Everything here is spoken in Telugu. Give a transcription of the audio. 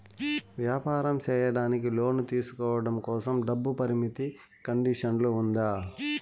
వ్యాపారం సేయడానికి లోను తీసుకోవడం కోసం, డబ్బు పరిమితి కండిషన్లు ఉందా?